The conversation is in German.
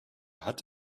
hat